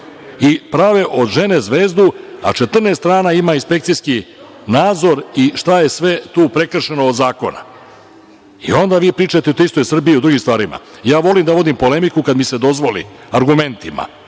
i prave od žene zvezdu, a 14 strana ima, inspekcijski nadzor i šta je sve tu prekršeno od zakona. Onda vi pričate o toj istoj Srbiji, o drugim stvarima. Volim da vodim polemiku kada mi se dozvoli, argumentima.